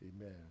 Amen